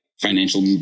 financial